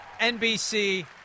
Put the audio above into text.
NBC